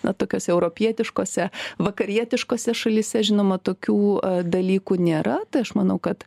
na tokiose europietiškose vakarietiškose šalyse žinoma tokių dalykų nėra tai aš manau kad